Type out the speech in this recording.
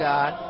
God